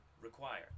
require